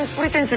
weekly